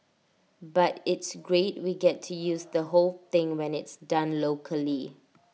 but it's great we get to use the whole thing when it's done locally